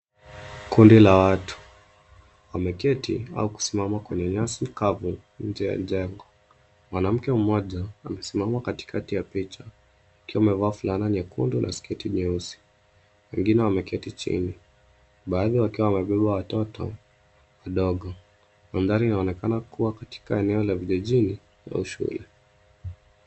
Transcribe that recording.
Kundi la watu wameketi au kusimama kwenye nyasi kavu nje ya jengo. Mwanamke mmoja amesimama katikati ya picha akiwa amevaa fulana nyekundu na sketi nyeusi. Wengine wameketi chini baadhi wakiwa wamebeba watoto wadogo. Mandhari inaonekana kuwa katika eneo la vijijini au shule.